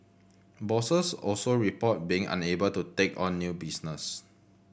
bosses also reported being unable to take on new business